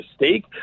mistake